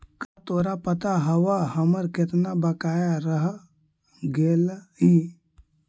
का तोरा पता हवअ हमर केतना बकाया रह गेलइ